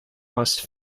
lost